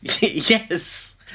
yes